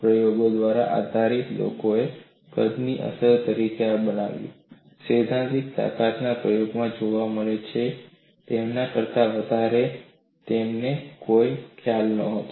પ્રયોગો પર આધારિત લોકોએ કદની અસર તરીકે આ બનાવ્યું સૈદ્ધાંતિક તાકાત પ્રયોગમાં જોવા મળે છે તેના કરતા વધારે કેમ છે તેનો તેમને કોઈ ખ્યાલ નહોતો